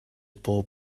pob